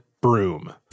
broom